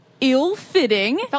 ill-fitting